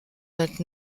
vingt